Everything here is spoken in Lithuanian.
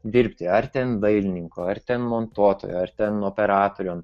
dirbti ar ten dailininko ar ten montuotojo ar ten operatorium